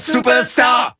Superstar